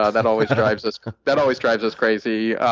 ah that always drives us that always drives us crazy.